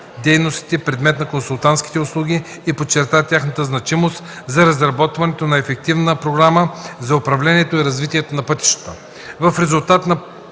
дейностите, предмет на консултантските услуги, и подчерта тяхната значимост за разработването на ефективна програма за управление и развитие на пътищата. В резултат на